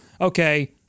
okay